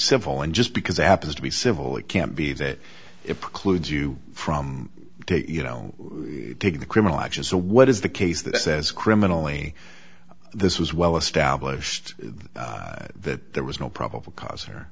civil and just because it happens to be civil it can't be that it precludes you from you know taking the criminal action so what is the case that says criminally this was well established that there was no probable cause her